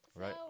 right